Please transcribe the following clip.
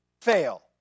fail